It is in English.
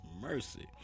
mercy